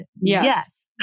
Yes